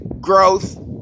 growth